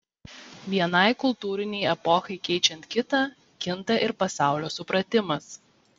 vienai kultūrinei epochai keičiant kitą kinta ir pasaulio supratimas